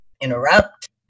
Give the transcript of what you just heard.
interrupt